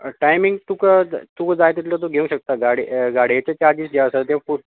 timing तुका तुका जाय तितलो घेवं शकता गाडयेचे चार्जेस जे आसा ते